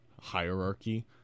hierarchy